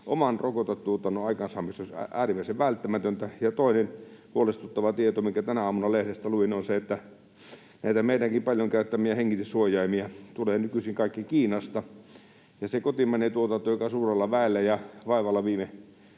oman rokotetuotannon aikaansaamiseksi olisi äärimmäisen välttämätöntä. Toinen huolestuttava tieto, minkä tänä aamuna lehdestä luin näistä meidänkin paljon käyttämistämme hengityssuojaimista, on se, että kaikki tulee nykyisin Kiinasta, ja sille kotimaiselle tuotannolle, joka suurella väellä ja vaivalla noin